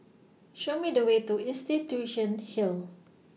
Show Me The Way to Institution Hill